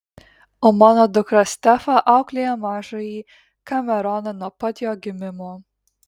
o mano dukra stefa auklėja mažąjį kameroną nuo pat jo gimimo